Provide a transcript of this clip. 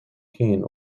kane